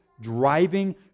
driving